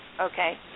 okay